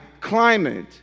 climate